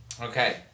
Okay